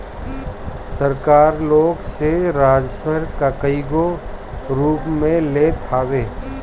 सरकार लोग से राजस्व कईगो रूप में लेत हवे